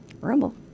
Rumble